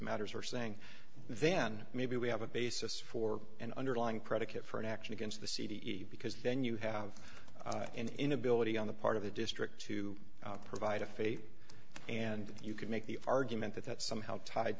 matters are saying then maybe we have a basis for an underlying predicate for an action against the c t e because then you have an inability on the part of the district to provide a fate and you can make the argument that that somehow tied